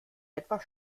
etwas